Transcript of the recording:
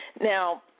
Now